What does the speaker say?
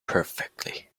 perfectly